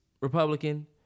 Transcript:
Republican